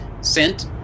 sent